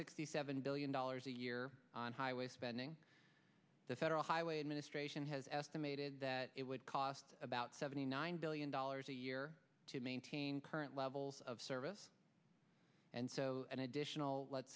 sixty seven billion dollars a year on highway spending the federal highway administration has estimated that it would cost about seventy nine billion dollars a year to maintain current levels of service and so an additional let's